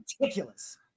ridiculous